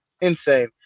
Insane